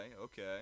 okay